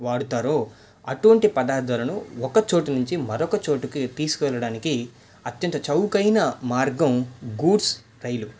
వాడుతారో అటువంటి పదార్థాలను ఒకచోట నుంచి మరొక చోటికి తీసుకు వెళ్ళడానికే అత్యంత చౌకైనా మార్గం గూడ్స్ రైలు